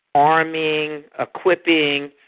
arming, equipping,